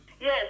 Yes